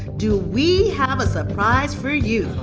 do we have a surprise for you.